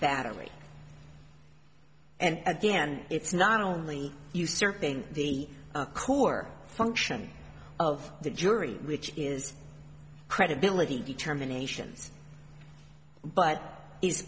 battery and again it's not only usurping the couper function of the jury which is credibility determinations but